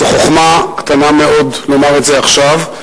זו חוכמה קטנה מאוד לומר את זה עכשיו,